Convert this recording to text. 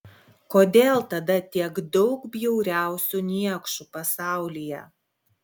kodėl tada tiek daug bjauriausių niekšų pasaulyje